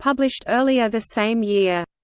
published earlier the same year.